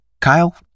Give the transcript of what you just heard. Kyle